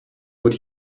would